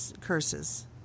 curses